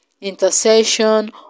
intercession